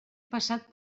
passat